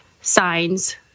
signs